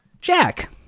Jack